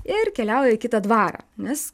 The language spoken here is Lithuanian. ir keliauja į kitą dvarą nes